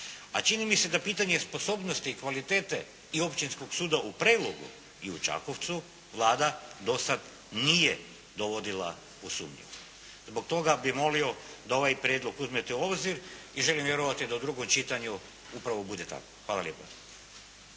A čini mi se da pitanje sposobnosti i kvalitete i Općinskog suda u Prelogu i u Čakovcu Vlada do sad nije dovodila u sumnju. Zbog toga bih molio da ovaj prijedlog uzmete u obzir i želim vjerovati da u drugom čitanju upravo bude tako. Hvala lijepa.